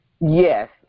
Yes